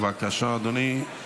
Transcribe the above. בבקשה, אדוני,